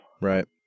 Right